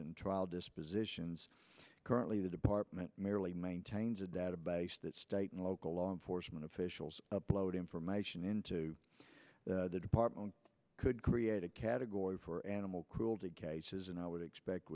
and trial dispositions currently the department merely maintains a database that state and local law enforcement officials upload information into the department could create a category for animal cruelty cases and i would expect